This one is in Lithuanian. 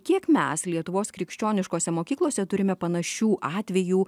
kiek mes lietuvos krikščioniškose mokyklose turime panašių atvejų